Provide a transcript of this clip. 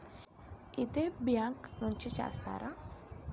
ఇదే బ్యాంక్ నుంచి చేస్తారా?